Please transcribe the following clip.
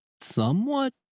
somewhat